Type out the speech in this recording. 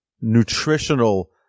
nutritional